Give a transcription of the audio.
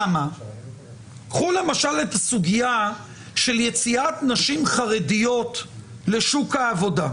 קחו למשל את הסוגיה של יציאת נשים חרדיות לשוק העבודה.